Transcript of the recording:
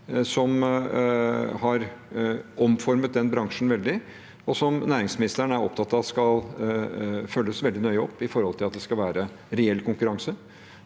som har omformet den bransjen veldig, og som næringsministeren er opptatt av skal følges veldig nøye opp med hensyn til at det skal være reell konkurranse.